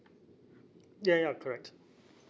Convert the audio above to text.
ya ya correct